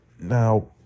Now